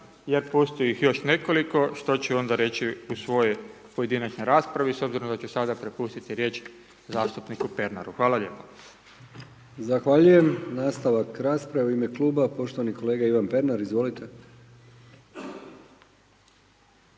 jer postoji ih još nekoliko, što ću onda reći u svojoj pojedinačnoj raspravi, s obzirom da ću sada prepustiti riječ zastupniku Pernaru. Hvala lijepo. **Brkić, Milijan (HDZ)** Zahvaljujem. Nastavak rasprave u ime Kluba, poštovani kolega Ivan Pernar. Izvolite.